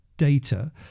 data